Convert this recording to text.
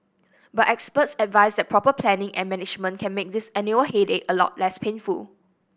but experts advise that proper planning and management can make this annual headache a lot less painful